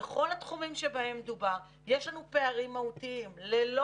ובכל התחומים שבהם דובר יש לנו פערים מהותיים ללא